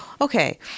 Okay